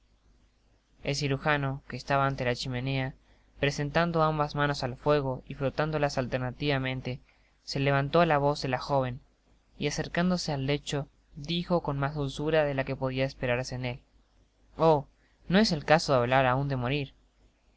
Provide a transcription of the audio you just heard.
el cirujano que estaba ante la chimenea presentando ambas manos al fuego y frotándolas alternativamente se levantó á la voz de la joven y acercándose al lecho dijo con mas dulzura de la que podia esperarse en él oh no es el caso de hablar aun de morir bien